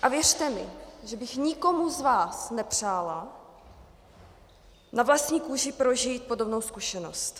A věřte mi, že bych nikomu z vás nepřála na vlastní kůži prožít podobnou zkušenost.